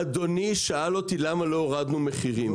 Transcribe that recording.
אדוני שאל אותי למה לא הורדנו מחירים.